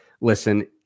listen